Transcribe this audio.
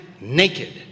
naked